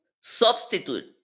substitute